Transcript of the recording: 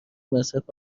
مصرف